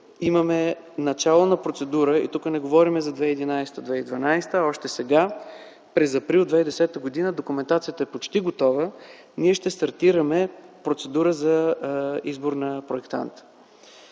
имаме начална процедура. Тук не говорим за 2011-2012 г., а още сега, през месец април 2010 г. документацията е почти готова и ще стартираме процедура за избор на проектант.